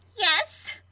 Yes